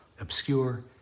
obscure